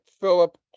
Philip